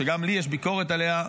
שגם לי יש ביקורת עליה,